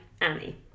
Annie